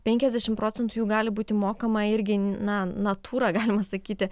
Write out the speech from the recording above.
penkiasdešim procentų jų gali būti mokama irgi na natūra galima sakyti